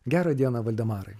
gerą dieną valdemarai